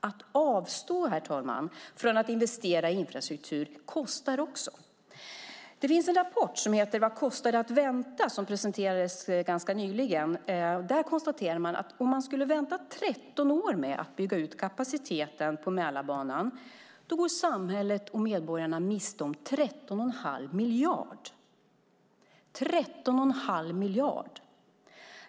Att avstå, herr talman, från att investera i infrastruktur kostar också. Rapporten Vad kostar det att vänta? presenterades nyligen. Där konstaterar man att om man väntar 13 år med att bygga ut kapaciteten på Mälarbanan går samhället och medborgarna miste om 13 1⁄2 miljard.